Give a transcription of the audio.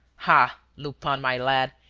ah, lupin, my lad,